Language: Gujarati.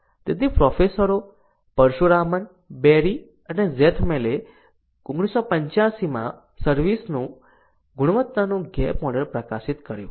તેથી પ્રોફેસરો પરશુરામન બેરી અને ઝેથમલે 1985 માં સર્વિસ ગુણવત્તાનું ગેપ મોડેલ પ્રકાશિત કર્યું